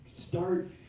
start